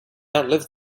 outlive